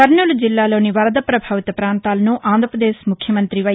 కర్నూలు జిల్లాలోని వరద ప్రభావిత పాంతాలను ఆంధ్రప్రదేశ్ ముఖ్యమంత్రి వై